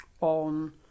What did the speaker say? on